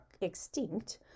extinct